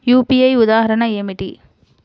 UPI ఉదాహరణ ఏమిటి?